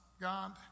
God